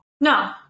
No